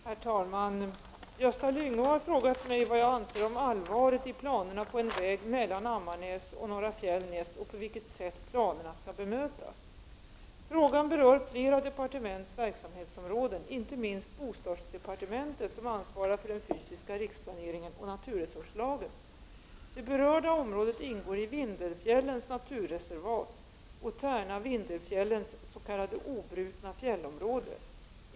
Herr talman! Gösta Lyngå har frågat mig vad jag anser om allvaret i planerna på en väg mellan Ammarnäs och Norra Fjällnäs och på vilket sätt planerna skall bemötas. Frågan berör flera departements verksamhetsområden, inte minst bostadsdepartementet som ansvarar för den fysiska riksplaneringen och naturresurslagen. Det berörda området ingår i Vindelfjällens naturreservat och Tärna-Vindelfjällens s.k. obrutna fjällområde.